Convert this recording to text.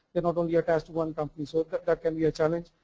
not only attached to one company. so that can be a challenge.